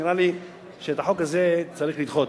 נראה לי שאת החוק הזה צריך לדחות.